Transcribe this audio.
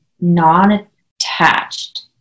non-attached